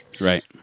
Right